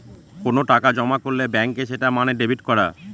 কোনো টাকা জমা করলে ব্যাঙ্কে সেটা মানে ডেবিট করা